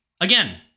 Again